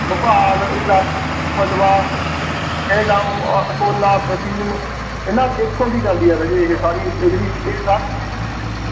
ਭੋਪਾਲ ਇਟਰਾਸੀ ਨਏ ਗਾਓਂ ਅਕੋਲਾ ਵਸੀਮ ਇਹਨਾਂ ਇਥੋਂ ਦੀ ਜਾਂਦੀ ਹੈ ਰਾਜੇ ਇਹ ਸਾਰੀ ਜਿਹੜੀ ਇਹ ਸਾਰੀ